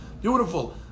Beautiful